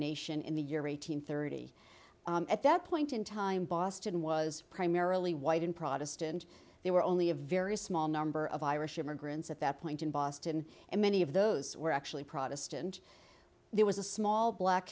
nation in the year eight hundred thirty at that point in time boston was primarily white and protestant there were only a very small number of irish immigrants at that point in boston and many of those were actually protestant there was a small black